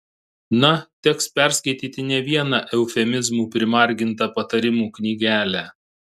na teks perskaityti ne vieną eufemizmų primargintą patarimų knygelę